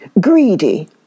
greedy